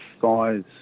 size